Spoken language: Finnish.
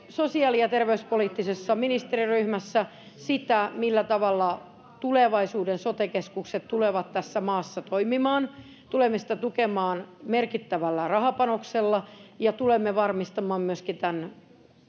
sosiaali ja terveyspoliittisessa ministeriryhmässä sitä millä tavalla tulevaisuuden sote keskukset tulevat tässä maassa toimimaan tulemme sitä tukemaan merkittävällä rahapanoksella ja tulemme varmistamaan myöskin tämän